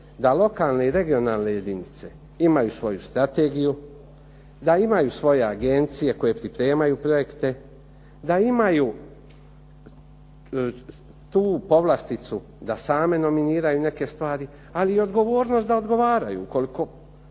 da lokalne i regionalne jedinice imaju svoju strategiju, da imaju svoje agencije koje pripremaju projekte, da imaju tu povlasticu da same nominiraju neke stvari, ali i odgovornost da odgovaraju ukoliko